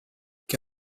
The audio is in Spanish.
que